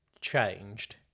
changed